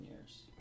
years